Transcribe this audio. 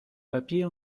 papier